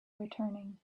returning